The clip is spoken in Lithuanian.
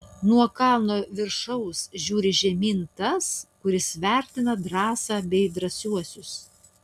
nuo kalno viršaus žiūri žemyn tas kuris vertina drąsą bei drąsiuosius